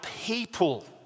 people